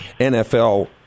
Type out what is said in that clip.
NFL